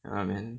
ya man